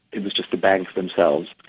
it was just the banks themselves,